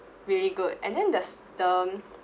really good and then there's the